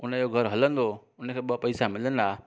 उनजो घर हलंदो उनखे ॿ पैसा मिलंदा